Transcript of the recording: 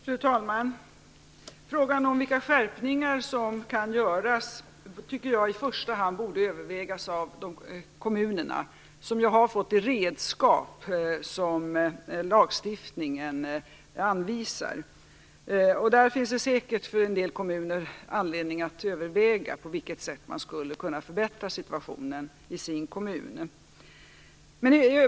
Fru talman! Frågan om vilka skärpningar som kan göras borde i första hand övervägas av kommunerna, som ju har fått det redskap som lagstiftningen anvisar. Där finns det säkert anledning för en del kommuner att överväga på vilket sätt de skulle kunna förbättra situationen i sin kommun.